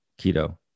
Keto